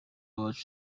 wacu